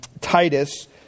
Titus